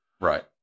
Right